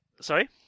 Sorry